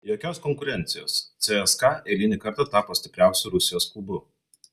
jokios konkurencijos cska eilinį kartą tapo stipriausiu rusijos klubu